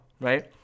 Right